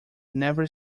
never